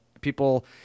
people